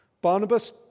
Barnabas